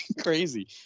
crazy